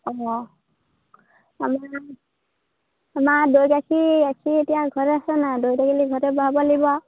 অঁ আমাৰ আমাৰ দৈ গাখীৰ গাখীৰ এতিয়া ঘৰত আছে নাই দৈ টেকেলি ঘৰতে বহাব লাগিব আৰু